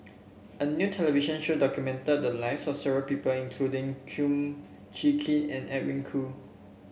a new television show documented the lives of various people including Kum Chee Kin and Edwin Koo